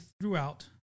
throughout